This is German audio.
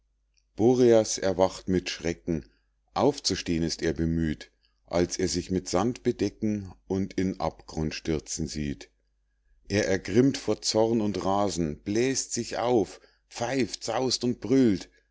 boreas erwacht mit schrecken aufzusteh'n ist er bemüht als er sich mit sand bedecken und in abgrund stürzen sieht er ergrimmt vor zorn und rasen bläst sich auf pfeift saust und brüllt